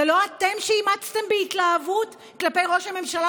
זה לא אתם שאימצתם בהתלהבות כלפי ראש הממשלה